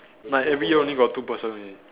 like every year only got two person only